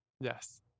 yes